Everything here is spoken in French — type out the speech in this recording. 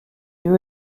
lieu